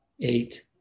eight